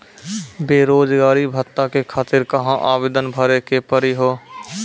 बेरोजगारी भत्ता के खातिर कहां आवेदन भरे के पड़ी हो?